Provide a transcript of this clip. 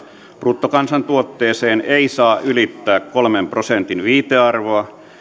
bruttokansantuotteeseen ei saa ylittää kolmen prosentin viitearvoa